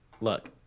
look